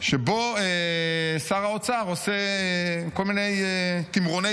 שבו שר האוצר עושה כל מיני תמרוני